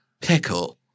Pickle